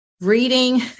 reading